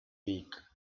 week